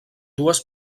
dues